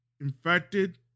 infected